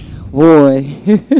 Boy